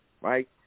right